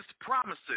promises